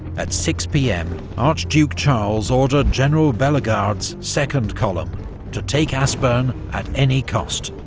at six pm archduke charles ordered general bellegarde's second column to take aspern at any cost.